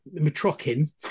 Matrokin